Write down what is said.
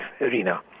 arena